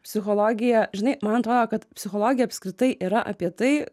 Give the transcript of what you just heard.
psichologija žinai man atrodo kad psichologija apskritai yra apie tai